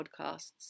podcasts